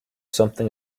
something